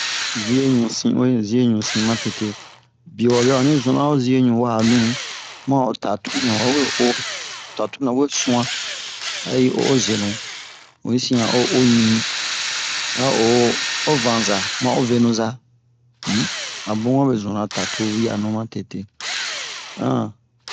Ziyeɲu sin um zeyiɲu sin matete biye wabe onni zunna ho ziyeɲu wa'anu mu a ho tatu nɛ wawe o tatu nɛ wee sunwan a i o o j zenu mu yi sin a o o ɲi a o o vanza ma o venu-za um a bun wabe zunna ho tatu we'anu matete um